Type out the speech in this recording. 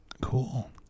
Cool